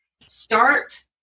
start